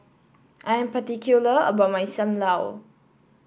I'm particular about my Sam Lau